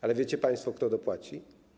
Ale wiecie państwo, kto dopłaci?